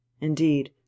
Indeed